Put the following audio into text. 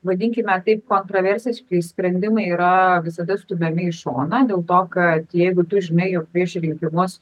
vadinkime taip kontroversiškai sprendimai yra visada stumiami į šoną dėl to kad jeigu tu žinai jog prieš rinkimus